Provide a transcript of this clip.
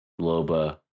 Loba